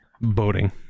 Boating